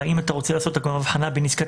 והאם אתה רוצה לעשות הבחנה בין עסקת